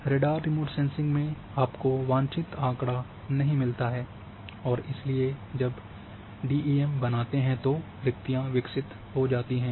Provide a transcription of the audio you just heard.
radar remote sensing में आपको वांछित आंकड़ा नहीं मिलता है और इसलिए जब डीईएम बनाते हैं तो रिक्कतियां विकसित हो जाती हैं